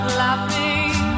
laughing